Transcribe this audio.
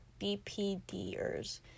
BPDers